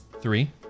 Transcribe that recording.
Three